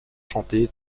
chanté